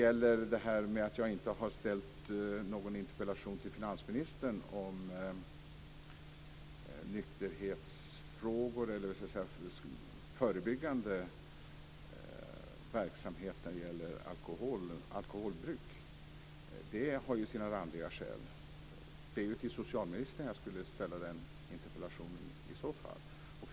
När det gäller att jag inte har ställt någon interpellation till finansministern om nykterhetsfrågor eller förebyggande verksamhet rörande alkoholdrycker har sina randiga skäl. Det är till socialministern jag i så fall skulle ställa den interpellationen.